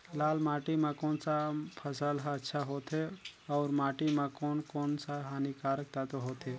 लाल माटी मां कोन सा फसल ह अच्छा होथे अउर माटी म कोन कोन स हानिकारक तत्व होथे?